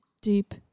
deep